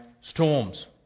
storms